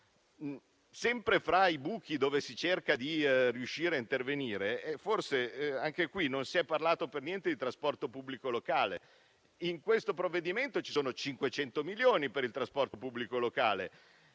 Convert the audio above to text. Sempre fra i buchi che si cerca di coprire, non si è parlato per niente di trasporto pubblico locale. In questo provvedimento ci sono 500 milioni per il trasporto pubblico locale